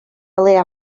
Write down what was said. leia